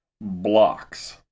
blocks